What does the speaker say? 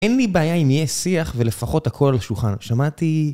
אין לי בעיה אם יהיה שיח ולפחות הקור על השולחן. שמעתי...